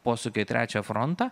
posūkio trečią frontą